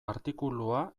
artikulua